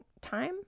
time